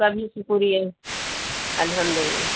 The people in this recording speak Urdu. سبھی شکریے الحمدللہ